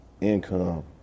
income